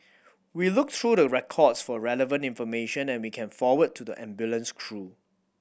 we look through the records for relevant information that we can forward to the ambulance crew